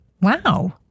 Wow